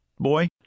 boy